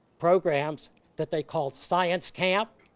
programs that they called science camp,